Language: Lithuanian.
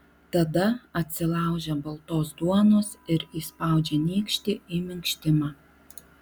tada atsilaužia baltos duonos ir įspaudžia nykštį į minkštimą